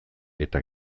eta